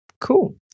Cool